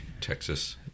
Texas